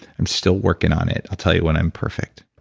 i'm still working on it. i'll tell you when i'm perfect